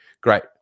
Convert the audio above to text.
great